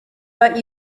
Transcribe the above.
but